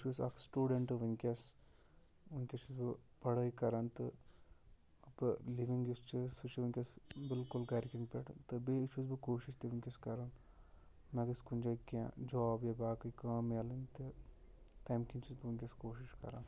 بہٕ چھُس اکھ سٹوٗڈنٛٹ وٕنٛکیٚس وٕنٛکیٚس چھُس بہٕ پَڑٲے کران تہٕ لِونٛگ یُس چھ سُہ چھِ وٕنٛکیٚس بالکُل گرِکٮ۪ن پٮ۪ٹھ تہٕ بیٚیہِ چھُس بہٕ کوٗشش تہِ وٕنٛکیٚس کران مےٚ گژھِ کُنہِ جایہِ کیٚنٛہہ جاب یا باقٕے کٲم ملٕنۍ تہِ تَمہِ کِنۍ چھُس بہٕ وٕنٛکیٚس کوٗشش کران